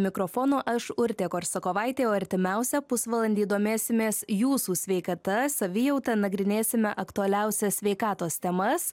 mikrofono aš urtė korsakovaitė o artimiausią pusvalandį domėsimės jūsų sveikata savijauta nagrinėsime aktualiausias sveikatos temas